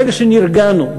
ברגע שנרגענו,